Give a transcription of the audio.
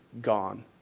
gone